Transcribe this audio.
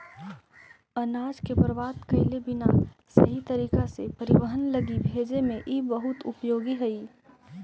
अनाज के बर्बाद कैले बिना सही तरीका से परिवहन लगी भेजे में इ बहुत उपयोगी हई